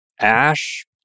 Ash